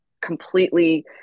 completely